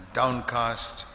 downcast